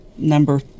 Number